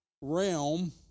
realm